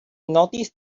noticed